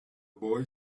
boy